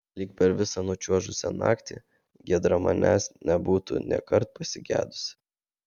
lyg per visą nučiuožusią naktį giedra manęs nebūtų nėkart pasigedusi